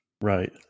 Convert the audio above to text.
right